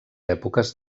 èpoques